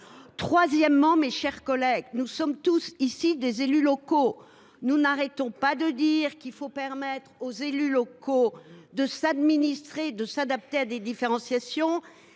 Troisièmement, mes chers collègues, nous sommes tous ici des élus locaux et nous n’arrêtons pas de dire qu’il faut permettre aux élus locaux de s’administrer et de s’adapter à des différenciations.